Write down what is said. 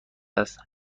است